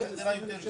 על הדירה אין פחת.